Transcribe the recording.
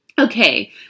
Okay